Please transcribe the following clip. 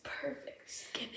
perfect